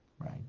right